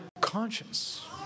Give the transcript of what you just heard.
conscience